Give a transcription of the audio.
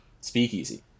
speakeasy